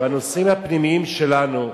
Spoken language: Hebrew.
בנושאים הפנימיים שלנו,